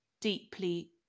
deeply